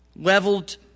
Leveled